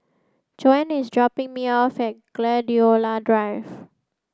Joan is dropping me off at Gladiola Drive